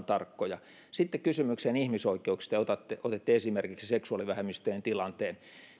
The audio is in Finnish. tarkkoja sitten kysymykseen ihmisoikeuksista otitte esimerkiksi seksuaalivähemmistöjen tilanteen